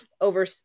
over